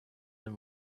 than